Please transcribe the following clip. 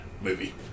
movie